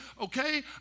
Okay